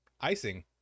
Icing